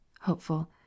Hopeful